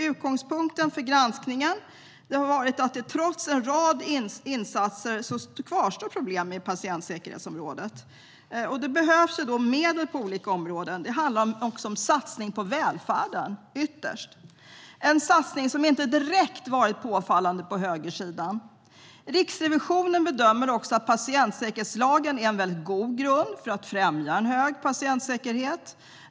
Utgångspunkten för granskningen har varit att det trots en rad insatser kvarstår problem inom patientsäkerhetsområdet. Det behövs medel på olika områden. Det handlar ytterst om en satsning på välfärden. Det är en satsning som inte direkt varit påfallande på högersidan. Riksrevisionen bedömer också att patientsäkerhetslagen är en väldigt god grund för att främja en hög patientsäkerhet.